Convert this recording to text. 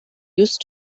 used